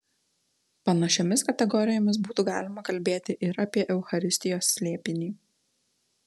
panašiomis kategorijomis būtų galima kalbėti ir apie eucharistijos slėpinį